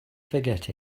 forget